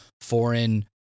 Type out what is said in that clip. foreign